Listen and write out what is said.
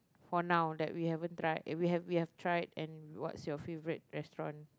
for now that we haven't tried eh we have we have tried and what's your favourite restaurant